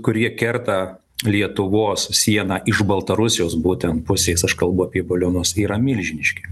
kurie kerta lietuvos sieną iš baltarusijos būtent pusės aš kalbu apie balionus yra milžiniški